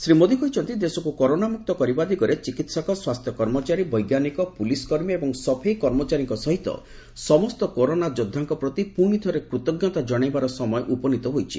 ଶ୍ରୀ ମୋଦି କହିଛନ୍ତି ଦେଶକୁ କରୋନାମୁକ୍ତ କରିବା ଦିଗରେ ଚିକିତ୍ସକ ସ୍ୱାସ୍ଥ୍ୟ କର୍ମଚାରୀ ବୈଜ୍ଞାନିକ ପୁଲିସ୍ କର୍ମୀ ଏବଂ ସଫେଇ କର୍ମଚାରୀଙ୍କ ସହିତ ସମସ୍ତ କରୋନା ଯୋଦ୍ଧାଙ୍କ ପ୍ରତି ପୁଣି ଥରେ କୃତଜ୍ଞତା କଣାଇବାର ସମୟ ଉପନୀତ ହୋଇଛି